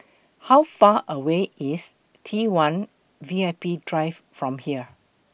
How Far away IS T one V I P Drive from here